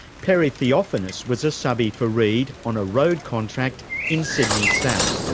perry theophanous was a subbie for reed on a road contract in sydney's south.